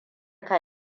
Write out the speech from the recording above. ka